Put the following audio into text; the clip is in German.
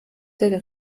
der